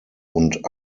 und